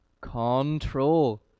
control